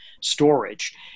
storage